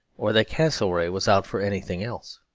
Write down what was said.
or that castlereagh was out for anything else.